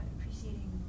appreciating